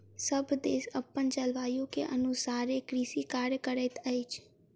सभ देश अपन जलवायु के अनुसारे कृषि कार्य करैत अछि